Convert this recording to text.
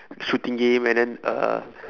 shooting game and then uh